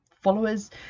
followers